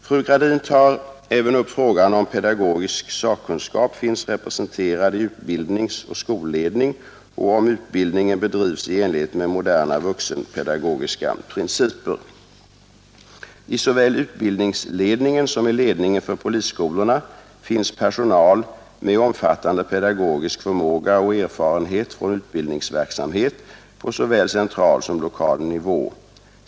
Fru Gradin tar även upp frågan, om pedagogisk sakkunskap finns representerad i utbildningsoch skolledning och om utbildningen bedrivs i enlighet med moderna vuxenpedagogiska principer. I såväl utbildningsledningen som i ledningen för polisskolorna finns personal med omfattande pedagogisk förmåga och erfarenhet från utbildningsverksamhet på såväl central som lokal nivå.